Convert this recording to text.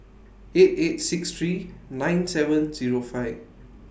eight eight six three nine seven Zero five